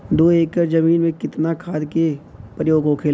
दो एकड़ जमीन में कितना खाद के प्रयोग होखेला?